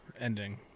ending